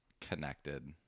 connected